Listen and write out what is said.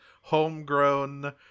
homegrown